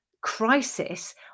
crisis